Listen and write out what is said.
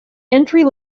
entry